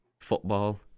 football